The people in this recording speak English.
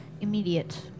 immediate